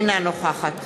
אינה נוכחת